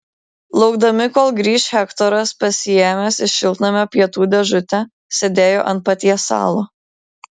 laukdami kol grįš hektoras pasiėmęs iš šiltnamio pietų dėžutę sėdėjo ant patiesalo